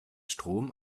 strom